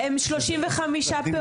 הם 35 פעוטות.